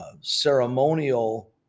ceremonial